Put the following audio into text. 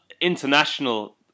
international